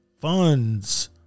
funds